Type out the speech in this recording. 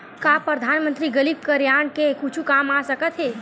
का परधानमंतरी गरीब कल्याण के कुछु काम आ सकत हे